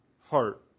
heart